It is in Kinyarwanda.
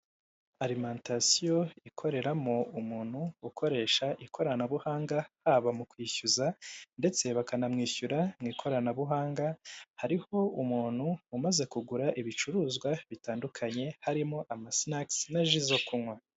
Arimantasiyo ikoreramo umuntu ukoresha ikoranabuhanga, haba mu kwishyuza, ndetse bakanamwishyura mu ikoranabuhanga, hariho umuntu umaze kugura ibicuruzwa bitandukanye, harimo amasinakisi, na ji zo kunywa.